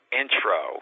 intro